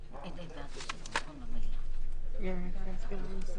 למוסד המקיים פעילות חינוך 32יא. (א)ראה גורם מורשה שהוא